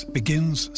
begins